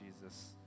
Jesus